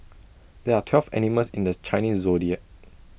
there are twelve animals in the Chinese Zodiac